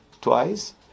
twice